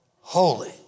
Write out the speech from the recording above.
holy